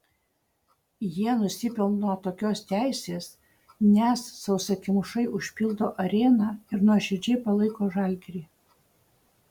jie nusipelno tokios teisės nes sausakimšai užpildo areną ir nuoširdžiai palaiko žalgirį